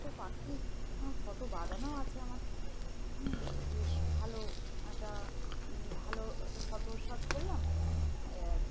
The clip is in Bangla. অতো পাখিরার ফটো বাঁধানোও আছে আমার হুম যে ভালো একটা ভালো একটা ফটোশুট করলাম